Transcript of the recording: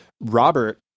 Robert